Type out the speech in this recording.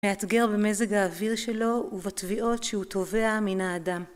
מאתגר במזג האוויר שלו ובתביעות שהוא תובע מן האדם.